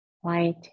white